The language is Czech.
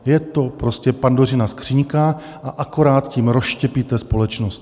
Je to prostě Pandořina skříňka a akorát tím rozštěpíte společnost.